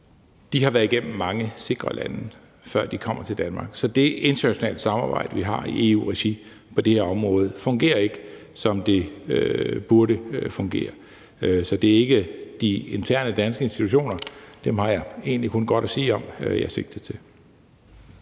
har været igennem mange sikre lande, før de kommer til Danmark. Så det internationale samarbejde, vi har i EU-regi på det her område, fungerer ikke, som det burde fungere. Så det er ikke de interne danske institutioner, jeg sigter til. Dem har jeg egentlig kun godt at sige om. Kl.